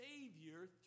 savior